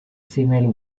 female